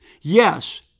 Yes